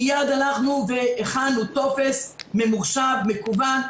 מיד הכנו טופס ממוחשב מקוון,